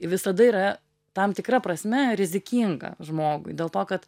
visada yra tam tikra prasme rizikinga žmogui dėl to kad